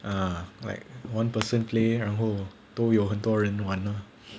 err like one person play 然后都有很多人玩 lor